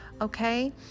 okay